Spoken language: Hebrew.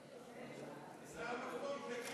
אחרת אנחנו נמצא פה אנשים שעוברים על